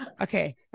Okay